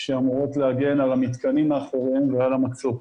שאמורות להגן על המתקנים מאחוריהם ועל המצוק.